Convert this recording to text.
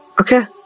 Okay